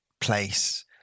place